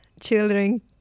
children